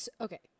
okay